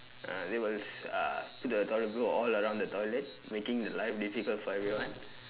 uh they will uh put the toilet paper all around the toilet making life difficult for everyone